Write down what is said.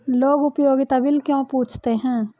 लोग उपयोगिता बिल क्यों पूछते हैं?